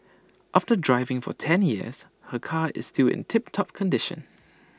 after driving for ten years her car is still in tip top condition